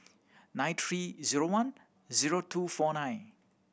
nine three zero one zero two four nine